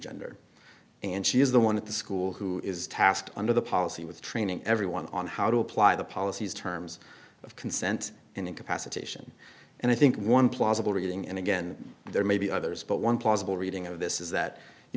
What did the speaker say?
gender and she is the one at the school who is tasked under the policy with training everyone on how to apply the policies terms of consent and incapacitation and i think one plausible reading and again there may be others but one plausible reading of this is that you